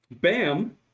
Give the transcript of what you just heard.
Bam